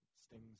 stings